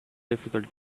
difficult